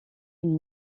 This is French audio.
une